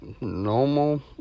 normal